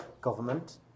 government